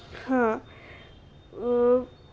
हां